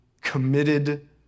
committed